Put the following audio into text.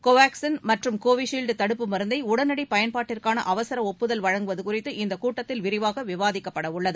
கோவேக்ஸின் மற்றும் கோவிஷீல்டு தடுப்பு மருந்தை உடனடி பயன்பாட்டிற்கான அவசர ஒப்புதல் வழங்குவது குறித்து இக்கூட்டத்தில் விரிவாக விவாதிக்கப்படவுள்ளது